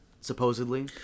supposedly